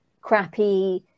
crappy